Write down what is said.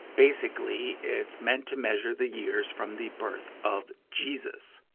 basically, it's meant to measure the years from the birth of jesus.